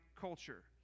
culture